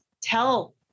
tell